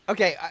Okay